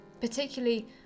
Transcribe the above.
Particularly